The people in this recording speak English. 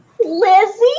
Lizzie